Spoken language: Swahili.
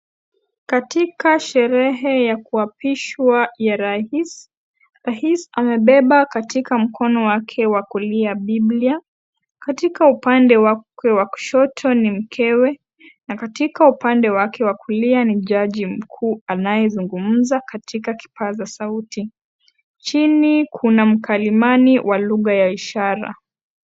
Katika sherehe ya kuapishwa ya rais, rais amebeba katika mkono wake wa kulia bibilia katika upande wake wa kushoto ni mkewe na kitaka upande wake wa kulia ni jaji mkuu anayezungumza katika kipasa sauti chini kuna mkalimani wa lugha ya ishara.